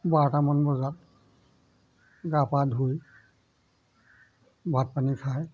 বাৰটামান বজাত গা পা ধুই ভাত পানী খাই